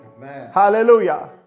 hallelujah